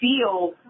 feel